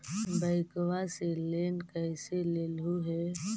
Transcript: बैंकवा से लेन कैसे लेलहू हे?